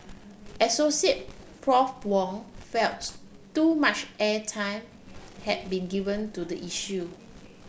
Associate Prof Wong felt too much airtime had been given to the issue